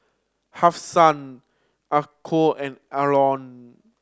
Hafsa Aqil and Aaron